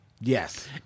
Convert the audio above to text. Yes